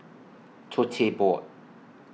Tote Board